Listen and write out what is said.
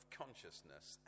consciousness